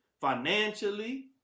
financially